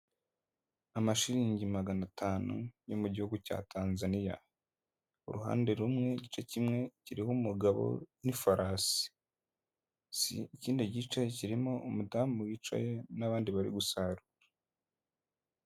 Amashiringi magana atanu yo mu gihugu cya Tanzania. Uruhande rumwe igice kimwe kiriho umugabo n'ifarasi. Ikindi gice kirimo umudamu wicaye, n'abandi bari gusarura.